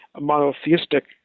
monotheistic